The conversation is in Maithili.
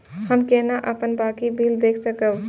हम केना अपन बाँकी बिल देख सकब?